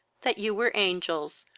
that you were angels,